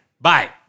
Bye